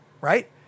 Right